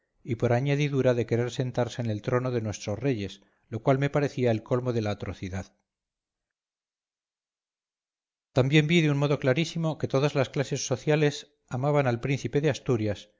y por añadidura de querer sentarse en el trono de nuestros reyes lo cual me parecía el colmo de la atrocidad también vi de un modo clarísimo que todas las clases sociales amaban al príncipe de asturias